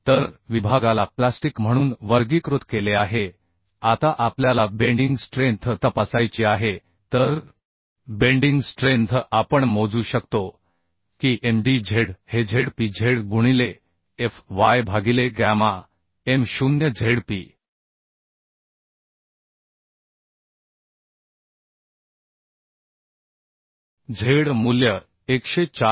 तर विभागाला प्लास्टिक म्हणून वर्गीकृत केले आहे आता आपल्याला बेंडिंग स्ट्रेंथ तपासायची आहे तर बेंडींग स्ट्रेंथ आपण मोजू शकतो की M d z हे Z p z गुणिले f y भागिले गॅमा m 0 Zp z मूल्य 104